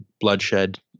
bloodshed